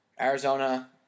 Arizona